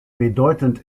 bedeutend